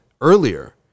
earlier